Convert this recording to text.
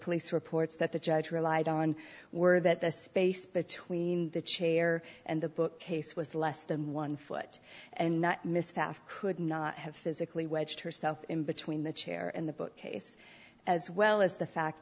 police reports that the judge relied on were that the space between the chair and the bookcase was less than one foot and not miss couldn't i have physically wedged herself in between the chair and the bookcase as well as the fact